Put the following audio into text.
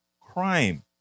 crime